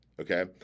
okay